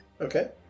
Okay